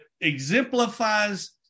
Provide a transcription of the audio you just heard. exemplifies